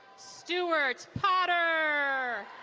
stewart potter.